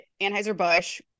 Anheuser-Busch